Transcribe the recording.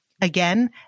Again